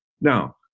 Now